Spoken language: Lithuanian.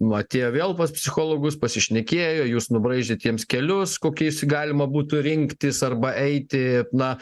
atėjo vėl pas psichologus pasišnekėjo jūs nubraižėt jiems kelius kokiais galima būtų rinktis arba eiti na